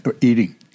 Eating